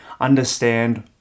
understand